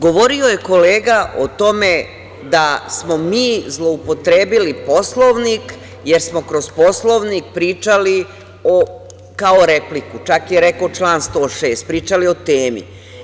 Govorio je kolega o tome da smo mi zloupotrebili Poslovnik, jer smo Poslovnik koristili kao za repliku, čak je rekao član 106, pričali o temi.